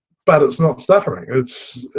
but it's not stuttering it's